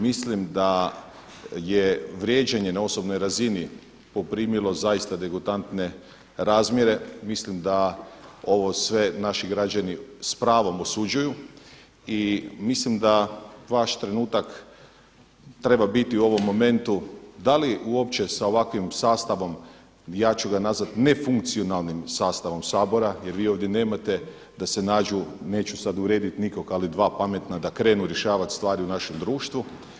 Mislim da je vrijeđanje na osobnoj razini poprimilo zaista degutantne razmjere, mislim da ovo sve naši građani s pravom osuđuju i mislim da vaš trenutak treba biti u ovom momentu, da li uopće sa ovakvim sastavom, ja ću ga nazvati nefunkcionalnim sastavom sabora jer vi ovdje nemate da se nađu, neću sada uvrijediti nikoga, ali dva pametna da krenu rješavati stvari u našem društvu.